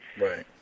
Right